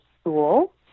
school